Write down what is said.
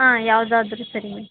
ಆಂ ಯಾವುದಾದ್ರು ಸರಿ ಮ್ಯಾಮ್